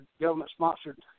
government-sponsored